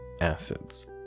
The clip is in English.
acids